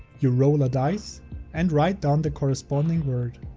you roll a dice and write down the corresponding word.